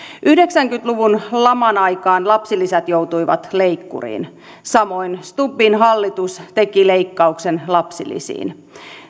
yhdeksänkymmentä luvun laman aikaan lapsilisät joutuivat leikkuriin samoin stubbin hallitus teki leikkauksen lapsilisiin